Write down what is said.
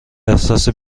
احساس